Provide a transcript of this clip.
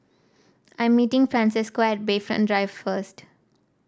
I am meeting Francesco at Bayfront Drive first